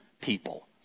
people